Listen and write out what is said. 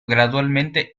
gradualmente